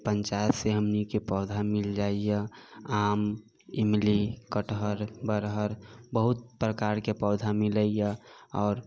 पंचायत से हमनी के पौधा मिल जाइया आम इमली कठहर बरहर बहुत प्रकार के पौधा मिलैया आओर